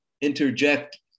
interject